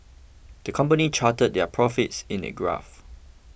the company charted their profits in a graph